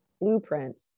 blueprint